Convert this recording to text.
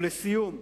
ולסיום,